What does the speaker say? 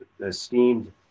esteemed